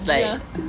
ya